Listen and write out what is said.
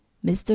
Mr